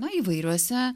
na įvairiuose